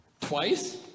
Twice